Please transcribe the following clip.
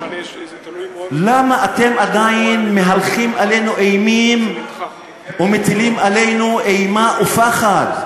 למה אתם עדיין מהלכים עלינו אימים ומטילים עלינו אימה ופחד?